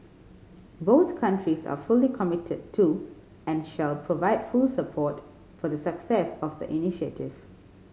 both countries are fully committed to and shall provide full support for the success of the initiative